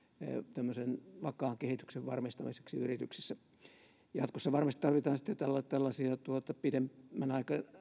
tämmöisen vakaan kehityksen varmistamiseksi yrityksissä jatkossa varmasti tarvitaan sitten tällaisia pidemmän